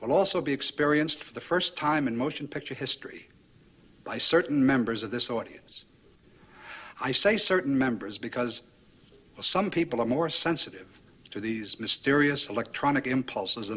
will also be experienced for the first time in motion picture history by certain members of this audience i say certain members because some people are more sensitive to these mysterious electronic impulses